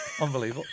Unbelievable